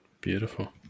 Beautiful